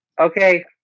Okay